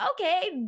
okay